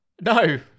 No